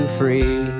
free